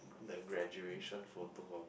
the graduation photo